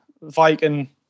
Viking